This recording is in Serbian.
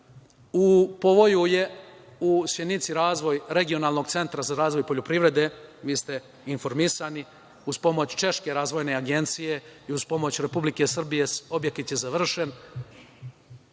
povoju je u Sjenici razvoj regionalnog centra za razvoj poljoprivrede, vi ste informisani. Uz pomoć češke razvojne agencije i uz pomoć Republike Srbije je objekat završen.